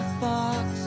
fox